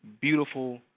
beautiful